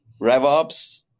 RevOps